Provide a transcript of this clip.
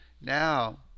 Now